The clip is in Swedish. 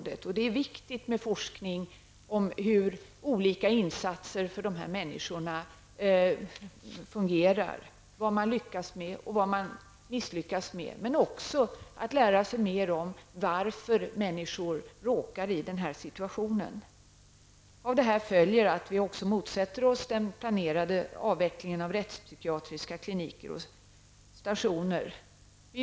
Det är viktigt med forskning om hur olika insatser fungerar, vad man lyckas med och vad man misslyckas med, men också för att lära sig mer om varför människor råkar i den situationen att de behöver psykiatrisk vård. Av det här följer att vi också motsätter oss den planerade avvecklingen av rättspsykiatriska kliniker och stationer.